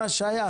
מנגנון השהיה.